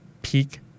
Peak